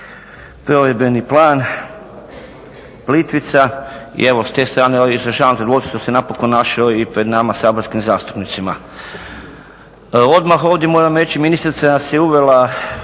provedbeni plan Plitvica i evo s te strane ovdje izražavam zadovoljstvo što se napokon našao i pred nama saborskim zastupnicima. Odmah ovdje moram reći ministrica nas je uvela